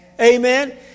Amen